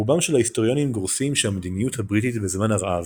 רובם של ההיסטוריונים גורסים שהמדיניות הבריטית בזמן הרעב,